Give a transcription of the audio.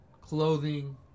clothing